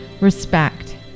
respect